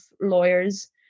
lawyers